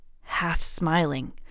half-smiling